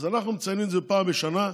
אז אנחנו מציינים את זה פעם בשנה,